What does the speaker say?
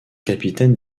capitaine